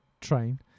train